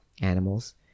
animals